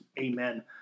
amen